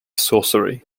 sorcery